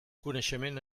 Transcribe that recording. coneixement